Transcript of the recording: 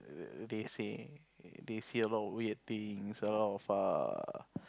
they say they see a lot weird things a lot of err